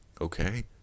Okay